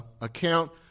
account